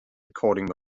recording